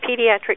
Pediatric